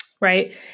Right